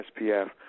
SPF